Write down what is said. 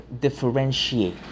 differentiate